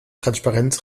transparenz